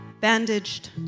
Bandaged